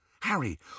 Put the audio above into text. Harry